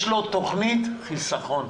יש לו תוכנית חיסכון,